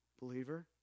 Believer